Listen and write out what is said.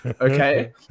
okay